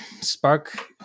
spark